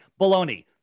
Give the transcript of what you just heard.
Baloney